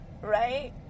Right